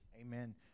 Amen